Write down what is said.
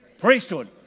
priesthood